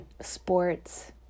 sports